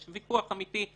יש ויכוח אמתי פרשני,